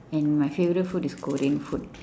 and my favourite food is korean food